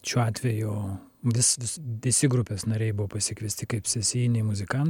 šiuo atveju vis visi grupės nariai buvo pasikviesti kaip sesijiniai muzikantai